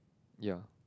ya